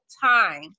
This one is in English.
time